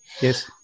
Yes